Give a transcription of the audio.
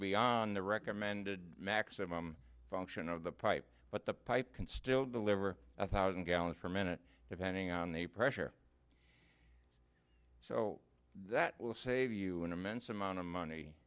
beyond the recommended maximum function of the pipe but the pipe can still deliver a thousand gallons per minute depending on the pressure so that will save you an immense amount of money